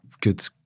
Good